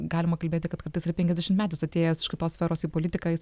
galima kalbėti kad kartais ir penkiasdešimmetis atėjęs iš kitos sferos į politiką jis